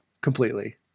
completely